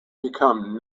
become